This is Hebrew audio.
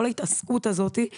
כל ההתעסקות הזאת זה